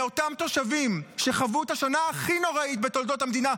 מאותם תושבים שחוו את השנה הכי נוראית בתולדות המדינה,